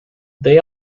they